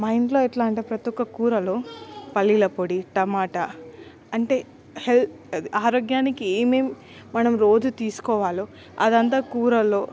మా ఇంట్లో ఎట్లా అంటే ప్రతొక్క కూరలో పల్లీల పొడి టమాటా అంటే హెల్త్ అది ఆరోగ్యానికి ఏమేం మనం రోజు తీసుకోవాలో అదంతా కూరలో